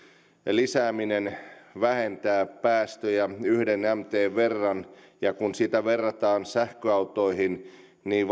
lisääminen vähentää päästöjä yksi mtn verran ja kun sitä verrataan sähköautoihin niin